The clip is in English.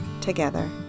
together